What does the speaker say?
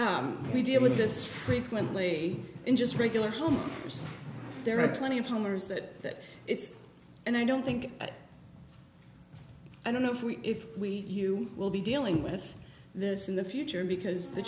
frequently we deal with this frequently in just regular homes there are plenty of homeowners that it's and i don't think i don't know if we if we you will be dealing with this in the future because the